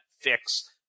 fix